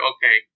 Okay